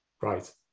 Right